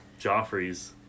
Joffreys